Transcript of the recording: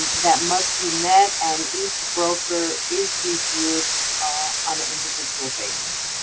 that must be met. and each broker is reviewed on an individual basis.